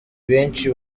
benshi